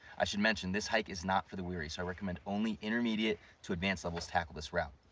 i should mention this hike is not for the weary so i recommend only intermediate to advanced levels tackle this route.